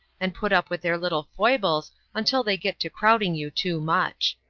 and put up with their little foibles until they get to crowding you too much.